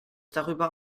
darüber